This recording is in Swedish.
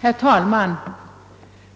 Herr talman!